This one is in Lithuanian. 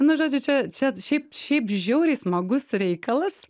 nu žodžiu čia čia šiaip šiaip žiauriai smagus reikalas